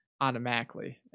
automatically